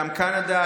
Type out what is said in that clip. גם קנדה,